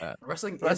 wrestling